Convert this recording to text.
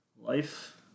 life